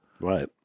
right